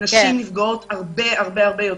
שנשים נפגעות הרבה הרבה יותר.